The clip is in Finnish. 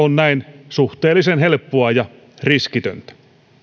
on näin suhteellisen helppoa ja riskitöntä